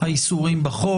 האיסורים בחוק.